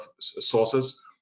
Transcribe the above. sources